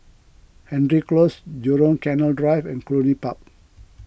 Hendry Close Jurong Canal Drive and Cluny Park